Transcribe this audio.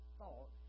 thought